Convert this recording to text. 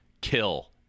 kill